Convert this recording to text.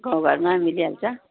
गाउँ घरमा मिलिहाल्छ